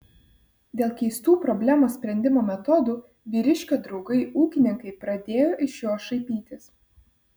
dėl keistų problemos sprendimo metodų vyriškio draugai ūkininkai pradėjo iš jo šaipytis